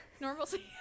Normalcy